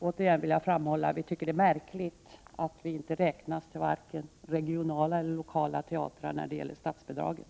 Återigen vill jag framhålla att det är märkligt att stadsteatrarna inte räknas till vare sig regionala eller lokala teatrar när det gäller stadsbidragen.